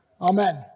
Amen